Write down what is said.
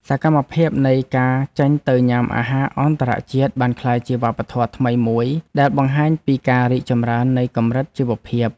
សកម្មភាពនៃការចេញទៅញ៉ាំអាហារអន្តរជាតិបានក្លាយជាវប្បធម៌ថ្មីមួយដែលបង្ហាញពីការរីកចម្រើននៃកម្រិតជីវភាព។